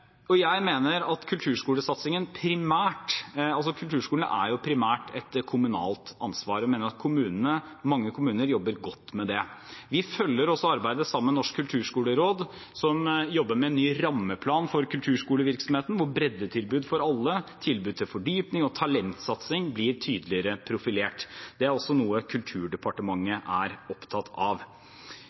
er jo primært et kommunalt ansvar, og jeg mener at mange kommuner jobber godt med det. Vi følger også arbeidet sammen med Norsk kulturskoleråd, som jobber med en ny rammeplan for kulturskolevirksomheten, der breddetilbud for alle, tilbud til fordypning og talentsatsing blir tydeligere profilert. Det er også noe Kulturdepartementet er opptatt av.